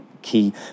key